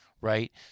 right